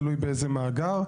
תלוי באיזה מאגר.